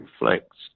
reflects